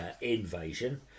invasion